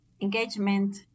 engagement